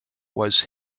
was